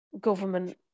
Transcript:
government